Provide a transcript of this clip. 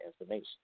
information